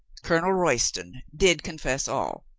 colonel royston did confess all.